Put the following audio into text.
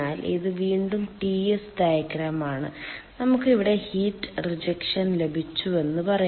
അതിനാൽ ഇത് വീണ്ടും Ts ഡയഗ്രം ആണ് നമുക്ക് ഇവിടെ ഹീറ്റ് റിജക്ഷൻ ലഭിച്ചുവെന്ന് പറയാം